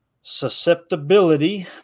susceptibility